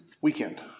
weekend